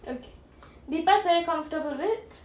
deepa is very comfortable with